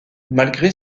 malgré